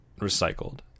recycled